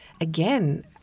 again